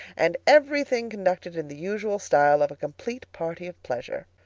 and every thing conducted in the usual style of a complete party of pleasure.